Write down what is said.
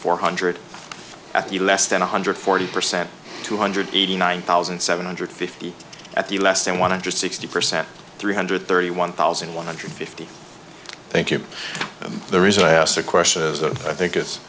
four hundred at the less than one hundred forty percent two hundred eighty nine thousand seven hundred fifty at the less than one hundred sixty percent three hundred thirty one thousand one hundred fifty thank you and the reason i asked the question is that i think is